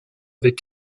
avec